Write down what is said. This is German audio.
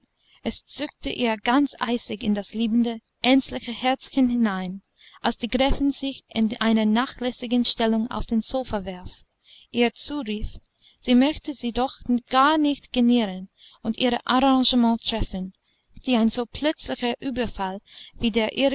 es zuckte ihr ganz eisig in das liebende ängstliche herzchen hinein als die gräfin sich in einer nachlässigen stellung auf den sofa warf ihr zurief sie möchte sich doch gar nicht genieren und ihre arrangements treffen die ein so plötzlicher überfall wie der